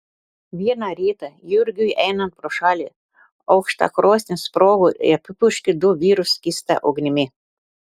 vieną rytą jurgiui einant pro šalį aukštakrosnė sprogo ir apipurškė du vyrus skysta ugnimi